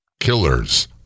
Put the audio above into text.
killers